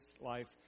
life